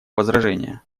возражения